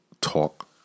talk